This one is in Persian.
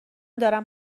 دارم